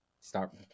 start